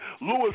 Lewis